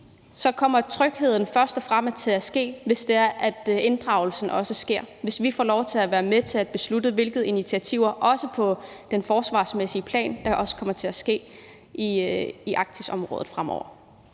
kommer der først og fremmest tryghed, hvis der også er en inddragelse, og hvis vi får lov til at være med til at beslutte, hvilke initiativer, også på det forsvarspolitiske plan, der kommer til at blive taget i det arktiske område fremover.